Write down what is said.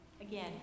Again